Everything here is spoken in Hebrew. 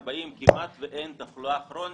40, כמעט שאין תחלואה כרונית,